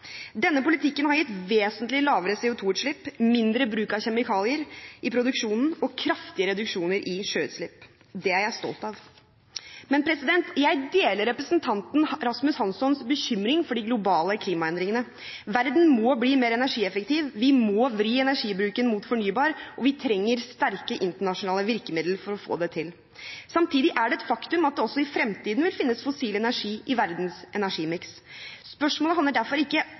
Denne politikken har gitt vesentlig lavere CO2-utslipp, mindre bruk av kjemikalier i produksjonen og kraftige reduksjoner i sjøutslipp. Det er jeg stolt av. Men jeg deler representanten Rasmus Hanssons bekymring for de globale klimaendringene. Verden må bli mer energieffektiv, vi må vri energibruken mot fornybar, og vi trenger sterke internasjonale virkemidler for å få det til. Samtidig er det et faktum at det også i fremtiden vil finnes fossil energi i verdens energimiks. Spørsmålet handler derfor ikke